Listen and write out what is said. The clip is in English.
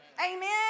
Amen